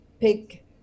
pick